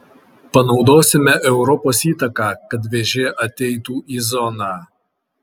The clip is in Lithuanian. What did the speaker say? panaudosime europos įtaką kad vėžė ateitų į zoną